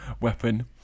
weapon